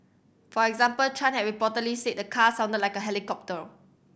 for example Chan had reportedly said the car sounded like a helicopter